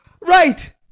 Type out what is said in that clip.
right